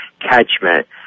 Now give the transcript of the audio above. catchment